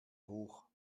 hoch